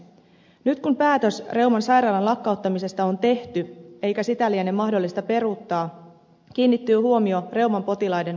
nyt kun päätös reuman sairaalan lakkauttamisesta on tehty eikä sitä liene mahdollista peruuttaa kiinnittyy huomio reuman potilaiden kohtaloon